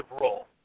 role